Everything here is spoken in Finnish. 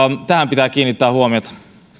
tähän pitää kiinnittää huomiota